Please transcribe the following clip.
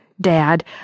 Dad